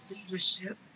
leadership